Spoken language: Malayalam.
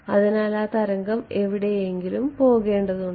അതിനാൽ ആ തരംഗം എവിടെയെങ്കിലും പോകേണ്ടതുണ്ട്